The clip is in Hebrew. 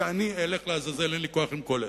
שאני אלך לעזאזל, אין לי כוח עם כל אלה.